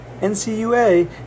NCUA